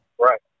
Right